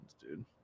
dude